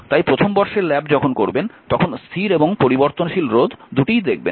তাই প্রথম বর্ষের ল্যাব যখন করবেন তখন স্থির এবং পরিবর্তনশীল রোধ দুটিই দেখবেন